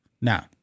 Now